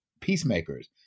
peacemakers